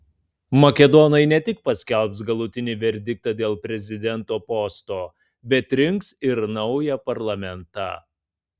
makedonai ne tik paskelbs galutinį verdiktą dėl prezidento posto bet rinks ir naują parlamentą